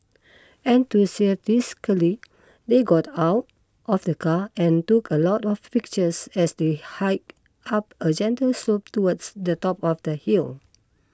enthusiastically they got out of the car and took a lot of pictures as they hiked up a gentle slope towards the top of the hill